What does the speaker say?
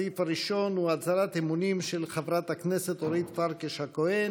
הסעיף הראשון הוא הצהרת אמונים של חברת הכנסת אורית פרקש הכהן.